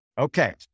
Okay